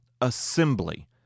assembly